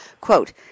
Quote